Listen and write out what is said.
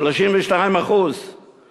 32%;